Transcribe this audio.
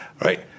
right